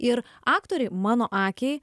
ir aktoriai mano akiai